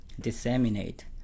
disseminate